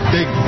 Big